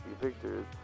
pictures